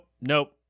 Nope